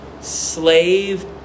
slave